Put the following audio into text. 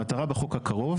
המטרה בחוק הקרוב,